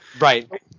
Right